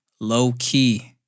low-key